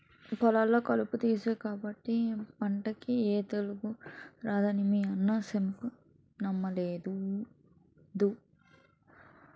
పొలంలో కలుపు తీసేను కాబట్టే పంటకి ఏ తెగులూ రానేదని మీ అన్న సెప్తే నమ్మలేదు